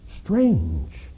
Strange